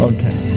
Okay